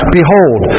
behold